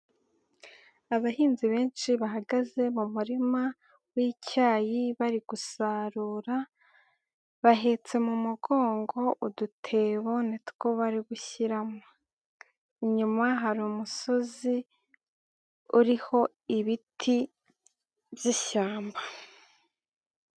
Abahinzi benshi bahagaze mu murima w'icyayi bari gusarura, bahetse mu mugongo udutebo ni two bari gushyiramo, inyuma hari umusozi uriho ibiti by'ishyamba.